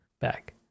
back